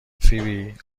فیبی